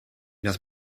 nos